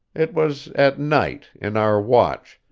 it was at night, in our watch,